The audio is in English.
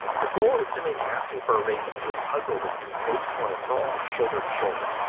the goal is to make asking for a raise into a puzzle that you both want to solve shoulder to shoulder